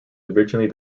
originally